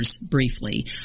briefly